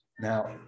Now